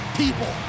people